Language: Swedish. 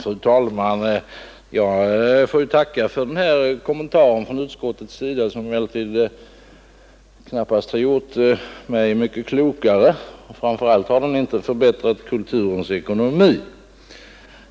Fru talman! Jag får tacka för denna kommentar från utskottets representant, som emellertid knappast har gjort mig mycket klokare. Framför allt har den inte förbättrat Kulturens ekonomi.